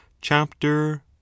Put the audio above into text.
chapter